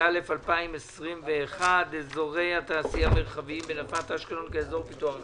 התשפ"א2021 (אזורי תעשייה מרחביים בנפת אשקלון כאוזר פיתוח א').